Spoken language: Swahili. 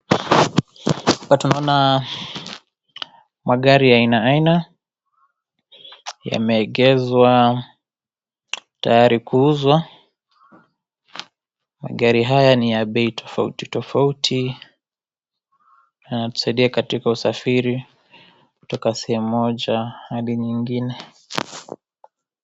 Hapa tunaona magari ya aina aina yameegezwa tayari kuuzwa , magari haya ni ya bei tofauti tofauti yanatusaidia katika usafiri kutoka sehemu moja hadi nyingine.